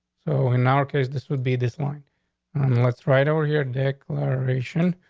so in our case, this would be this line on what's right over here. declaration.